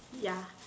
ya